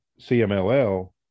CMLL